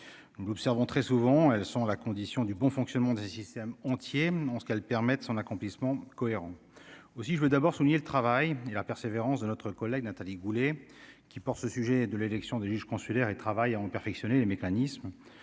nous observons très souvent, elles sont la condition du bon fonctionnement des systèmes entiers en ce qu'elle permette son accomplissement cohérent aussi je veux d'abord souligner le travail et la persévérance de notre collègue Nathalie Goulet qui porte ce sujet de l'élection des juges consulaires et travaillent en perfectionner les mécanismes